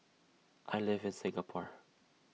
I live in Singapore